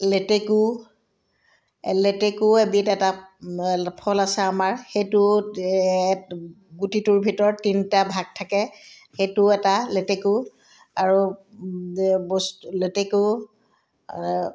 লেটেকু লেটেকু এবিধ এটা ফল আছে আমাৰ সেইটো গুটিটোৰ ভিতৰত তিনটা ভাগ থাকে সেইটো এটা লেটেকু আৰু বস্তু লেটেকু